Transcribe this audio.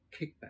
kickback